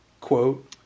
quote